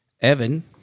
Evan